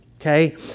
okay